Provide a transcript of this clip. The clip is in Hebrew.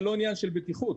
בנוסף לזה,